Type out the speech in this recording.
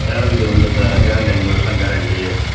guarantee உண்டு sir guarantee அஞ்சு வருஷம் கேரண்டி